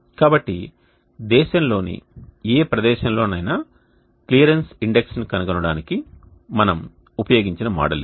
కాబట్టి దేశంలోని ఏ ప్రదేశంలోనైనా క్లియరెన్స్ ఇండెక్స్ని కనుగొనడానికి మనము ఉపయోగించిన మోడల్ ఇది